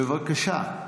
בבקשה.